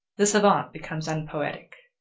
the savant becomes unpoetic.